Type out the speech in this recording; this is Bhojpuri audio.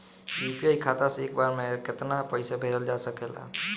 यू.पी.आई खाता से एक बार म केतना पईसा भेजल जा सकेला?